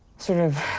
sort of,